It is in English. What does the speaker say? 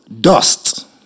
dust